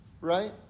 right